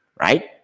right